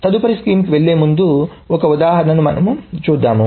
తదుపరి స్కీమ్ కి వెళ్లే ముందు ఒక ఉదాహరణ చూద్దాం